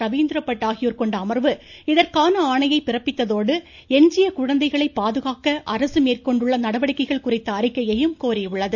ரவீந்திரபட் ஆகியோர் கொண்ட அமர்வு இதற்கான ஆணையை பிறப்பித்ததோடு எஞ்சிய குழந்தைகளை பாதுகாக்க அரசு மேற்கொண்டுள்ள நடவடிக்கைகள் குறித்த அறிக்கையையும் கோரியுள்ளது